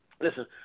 Listen